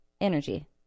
Energy